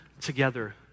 together